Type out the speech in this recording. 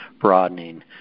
broadening